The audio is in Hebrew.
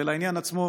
ולעניין עצמו.